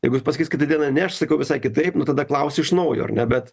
jeigu jis pasakys kitą dieną ne aš sakiau visai kitaip nu tada klausiu iš naujo ar ne bet